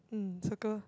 mm circle